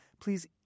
please